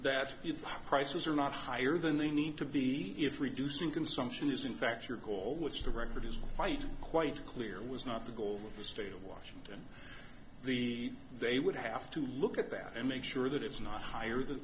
the prices are not higher than they need to be is reducing consumption is in fact your goal which the record is quite quite clear was not the goal of the state of washington the they would have to look at that and make sure that it's not higher the